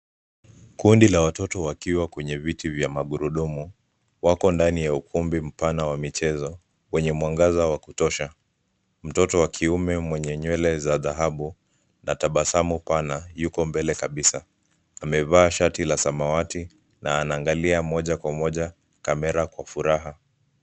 Kundi la watoto wakiwa kwenye viti vya magurudumu wako ndani ya ukumbi mpana wa michezo wenye mwangaza wa kutosha. Mtoto wa kiume mwenye nywele za dhahabu na tabasamu pana yuko mbele kabisa. Amevaa shati la samawati na anaangalia moja kwa moja kamera kwa furaha.